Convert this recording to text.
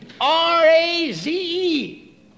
R-A-Z-E